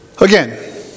Again